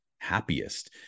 happiest